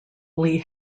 lee